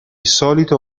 solito